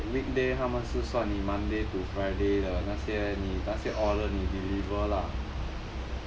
cause like weekday 他们是算你 monday to friday 的那些你那些 order 你 deliver lah